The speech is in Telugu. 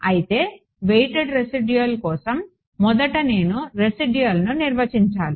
అయితే వెయిటెడ్ రెసిడ్యూల్ కోసం మొదట నేను రెసిడ్యూల్ను నిర్వచించాలి